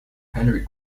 henry